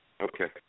Okay